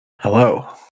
Hello